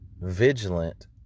vigilant